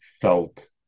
felt